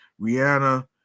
rihanna